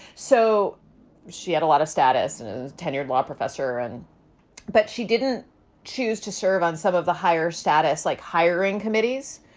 so she had a lot of status and tenured law professor and but she didn't choose to serve on some of the higher status, like hiring committees,